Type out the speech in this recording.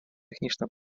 технічне